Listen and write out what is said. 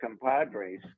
compadres